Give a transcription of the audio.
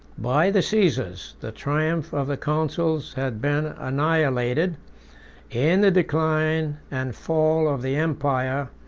by the caesars, the triumphs of the consuls had been annihilated in the decline and fall of the empire,